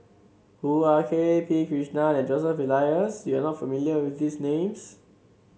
Hoo Ah Kay P Krishnan and Joseph Elias you are not familiar with these names